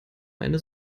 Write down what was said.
eine